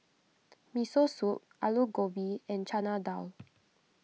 Miso Soup Alu Gobi and Chana Dal